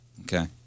Okay